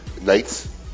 nights